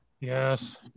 Yes